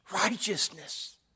Righteousness